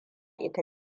ita